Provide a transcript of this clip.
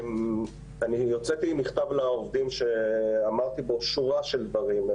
אני הוצאתי מכתב לעובדים שאמרתי בו שורה של דברים.